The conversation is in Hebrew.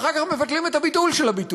ואחר כך מבטלים את הביטול של הביטול.